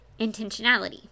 intentionality